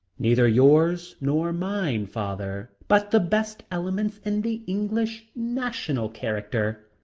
neither yours nor mine, father, but the best elements in the english national character.